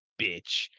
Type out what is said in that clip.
bitch